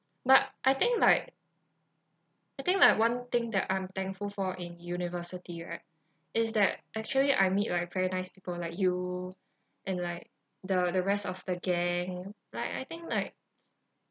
but I think like I think like one thing that I'm thankful for in university right is that actually I meet like very nice people like you and like the the rest of the gang like I think like